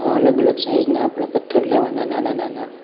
અલગ અલગ સાઈજના આપણે પથ્થર લેવાના નાના નાના